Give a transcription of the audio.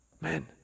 man